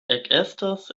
ekestas